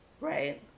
right